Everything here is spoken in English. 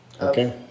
Okay